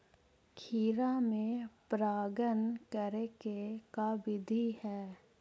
खिरा मे परागण करे के का बिधि है?